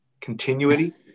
Continuity